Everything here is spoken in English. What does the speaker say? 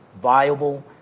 viable